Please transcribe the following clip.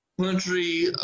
country